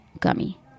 gummy